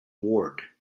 ward